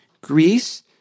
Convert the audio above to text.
Greece